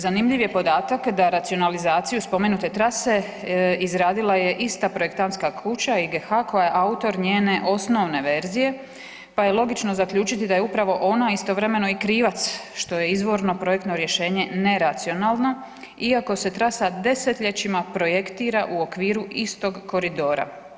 Zanimljiv je podatak da racionalizaciju spomenute trase izradila je ista projektantska kuća IGH koja je autor njene osnovne verzije pa je logično zaključiti da je upravo ona istovremeno i krivac što je izvorno projektno rješenje neracionalno iako se trasa desetljećima projektira u okviru istog koridora.